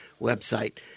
website